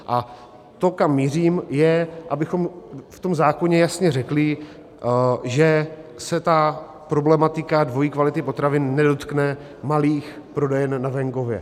A to, kam mířím, je, abychom v zákoně jasně řekli, že se problematika dvojí kvality potravin nedotkne malých prodejen na venkově.